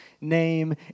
name